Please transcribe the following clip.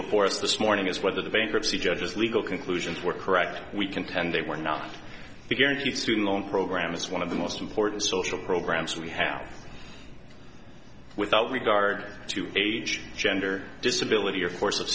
before us this morning is whether the bankruptcy judges legal conclusions were correct we contend they were not guaranteed student loan programs one of the most important social programs we have without regard to age gender disability or force of